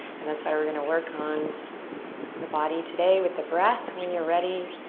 and that's why we're going to work on the body today with the breath. when you're ready,